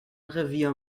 revier